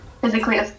physically